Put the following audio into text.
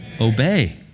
Obey